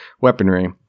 weaponry